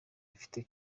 ifite